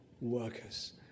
workers